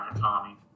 Tommy